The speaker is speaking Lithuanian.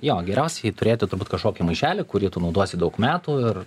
jo geriausiai turėti turbūt kažkokį maišelį kurį tu naudosi daug metų ir